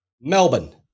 Melbourne